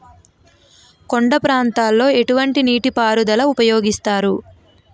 కొండ ప్రాంతాల్లో ఎటువంటి నీటి పారుదల ఉపయోగిస్తారు?